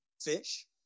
Fish